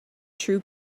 true